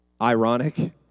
Ironic